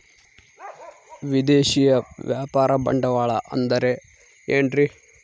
ವಿದೇಶಿಯ ವ್ಯಾಪಾರ ಬಂಡವಾಳ ಅಂದರೆ ಏನ್ರಿ?